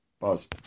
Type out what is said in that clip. Pause